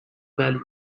value